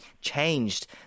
changed